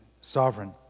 sovereign